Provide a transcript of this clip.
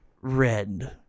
red